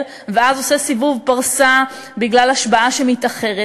ואז עושה סיבוב פרסה בגלל השבעה שמתאחרת,